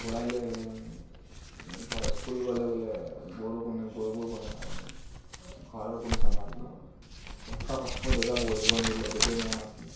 ঘূৰাই লৈ আহিলে বোলে স্কুল গ'লে বোলে গৰু কোনে গৰুবোৰ কোনে চাব ঘৰ কোনে চম্ভালিব তেনেকুৱা কথা কৈ দেউতা পঢ়িব নিদিলে যদিও মন আছিল